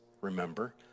remember